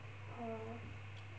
mm